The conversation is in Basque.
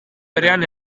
berean